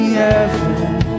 heaven